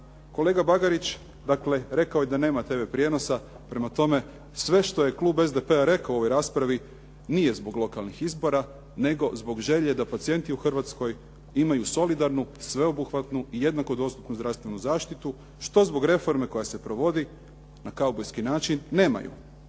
Kolega Bagarić, dakle rekao je da nema TV prijenosa, prema tome sve što je klub SDP-a rekao u ovoj raspravi nije zbog lokalnih izbora nego zbog želje da pacijenti u Hrvatskoj imaju solidarnu, sveobuhvatnu i jednako dostupnu zdravstvenu zaštitu, što zbog reforme koja se provodi na kaubojski način nemaju.